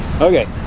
Okay